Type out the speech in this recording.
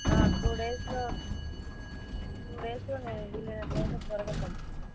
ఆ టూ డేస్లో టూ డేస్లో నేను వీలైనంత త్వరగా పంపిస్తాం